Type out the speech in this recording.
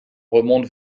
remonte